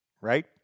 right